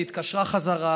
היא התקשרה, חזרה